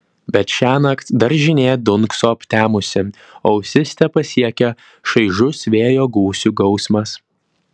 bet šiąnakt daržinė dunkso aptemusi o ausis tepasiekia šaižus vėjo gūsių gausmas